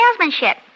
salesmanship